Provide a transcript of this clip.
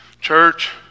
church